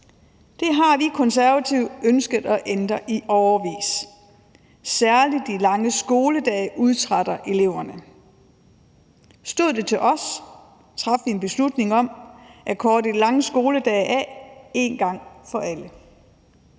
Det har vi Konservative ønsket at ændre i årevis. Særlig de lange skoledage udtrætter eleverne. Stod det til os, traf vi en beslutning om at korte de lange skoledage af en gang for alle.